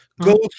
go